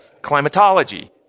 climatology